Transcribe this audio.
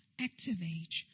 Activate